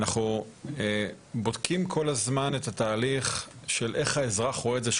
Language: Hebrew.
אנחנו בודקים כל הזמן את התהליך של איך האזרח רואה את זה,